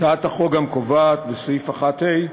הצעת החוק גם קובעת בסעיף 1(ה)